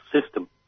system